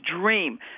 dream